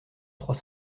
trois